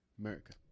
America